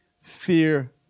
fear